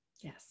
Yes